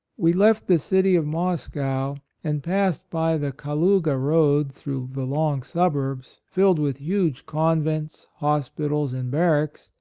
we left the city of moscow and passed by the kalouga road, through the long suburbs, filled with huge convents, hospitals and barracks,